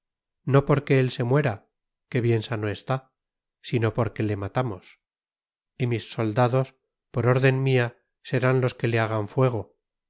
no porque él se muera que bien sano está sino porque le matamos y mis soldados por orden mía serán los que le hagan fuego